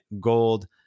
gold